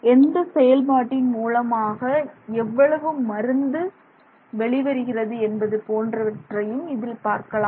எந்த செயல்பாட்டின் மூலமாக எவ்வளவு மருந்து வெளிவருகிறது என்பன போன்றவற்றையும் இதில் பார்க்கலாம்